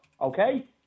okay